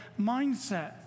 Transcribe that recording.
mindset